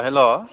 hello